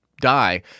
die